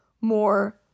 more